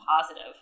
positive